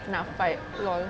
nak fight lol